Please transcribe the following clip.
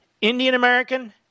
Indian-American